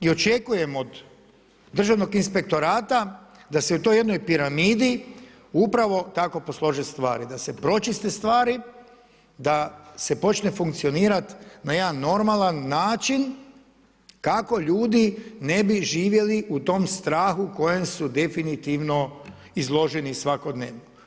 I očekujem od državnog inspektorata da se u toj jednoj piramidi upravo tako poslože stvari, da se pročiste stvari, da se počne funkcionirat na jedan normalan način, kao ljudi ne bi živjeli u tom strahu u kojem su definitivno izloženi svakodnevno.